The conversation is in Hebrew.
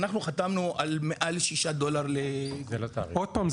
אנחנו חתמנו על מעל ל- 6$. עוד פעם,